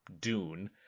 dune